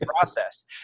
process